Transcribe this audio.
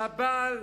שהבעל,